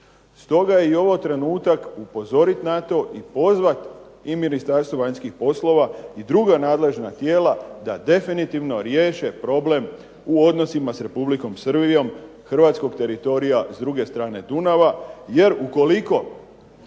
Stoga je i ovo trenutak upozorit na to i pozvat i Ministarstvo vanjskih poslova i druga nadležna tijela da definitivno riješe problem u odnosima s Republikom Srbijom hrvatskog teritorija s druge strane Dunava. Jer ukoliko